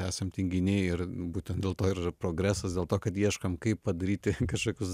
esam tinginiai ir būtent dėl to ir yra progresas dėl to kad ieškom kaip padaryti kažkokius